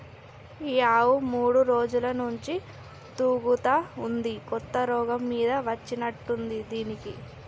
ఈ ఆవు మూడు రోజుల నుంచి తూగుతా ఉంది కొత్త రోగం మీద వచ్చినట్టుంది దీనికి